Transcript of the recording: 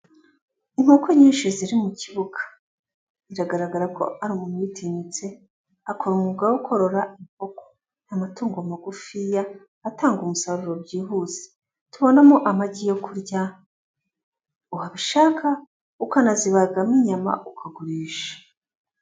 Inkoko nyinshi ziri mu kibuga, biragaragara ko ari umuntu witinyutse akora umwuga wo korora inkoko, amatungo magufiya atanga umusaruro byihuse, tubonamo amagi yo kurya wabishaka ukanazibagamo inyama ukagurisha.